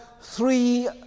three